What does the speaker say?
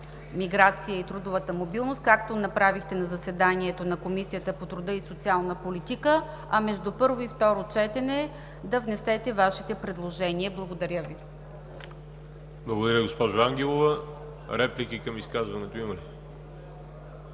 миграция и трудовата мобилност, както направихте на заседанието на Комисията по труда и социалната политика, а между първо и второ четене да внесете Вашите предложения. Благодаря Ви. ПРЕДСЕДАТЕЛ ВАЛЕРИ ЖАБЛЯНОВ: Благодаря, госпожо Ангелова. Реплики към изказването имате ли?